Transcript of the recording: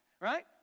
right